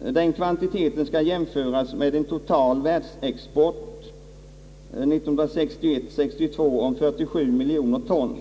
Den kvantiteten skall jämföras med en total världsexport år 1961—1962 om 47 miljoner ton.